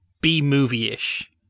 B-movie-ish